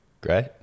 Great